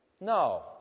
No